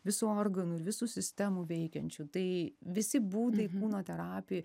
visų organų ir visų sistemų veikiančių tai visi būdai kūno terapijoj